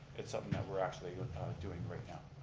it's something that we're actually doing right now.